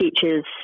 teachers